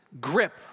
grip